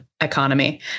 economy